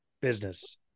business